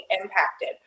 impacted